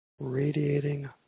radiating